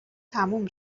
تموم